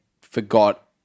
forgot